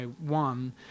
one